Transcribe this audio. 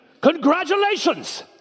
congratulations